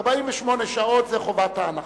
48 שעות זה חובת ההנחה.